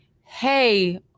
hey